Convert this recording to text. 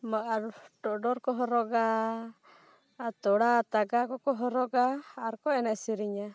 ᱢᱟ ᱟᱨ ᱴᱚᱰᱚᱨ ᱠᱚ ᱦᱚᱨᱚᱜᱟ ᱟᱨ ᱛᱚᱲᱟ ᱛᱟᱜᱟ ᱠᱚᱠᱚ ᱦᱚᱨᱚᱜᱟ ᱟᱨ ᱠᱚ ᱮᱱᱮᱡ ᱥᱮᱨᱮᱧᱟ